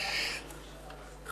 אדוני.